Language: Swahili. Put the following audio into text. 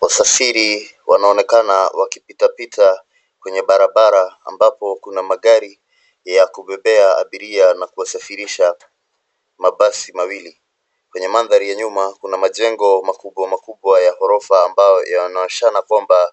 Wasafiri wanaonekana wakipitapita kwenye barabara ambapo kuna magari ya kubebea abiria na kuwasafirisha mabasi mawili. Kwenye mandhari ya nyuma kuna majengo makubwa makubwa ya ghorofa ambayo yanaonyeshana kwamba